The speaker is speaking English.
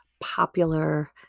popular